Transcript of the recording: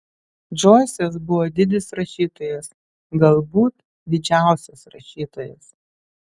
džoisas buvo didis rašytojas galbūt didžiausias rašytojas